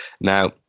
Now